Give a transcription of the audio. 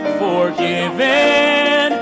forgiven